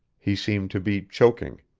he seemed to be choking.